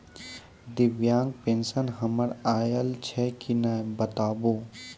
दिव्यांग पेंशन हमर आयल छै कि नैय बताबू?